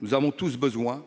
Nous avons tous besoin